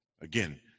Again